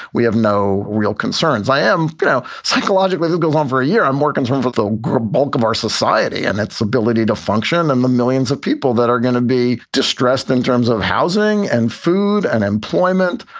we have no real concerns. i am you know psychologically that goes on for ah year. i'm more concerned with the bulk of our society and its ability to function and the millions of people that are going to be distressed in terms of housing and food and employment.